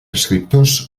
escriptors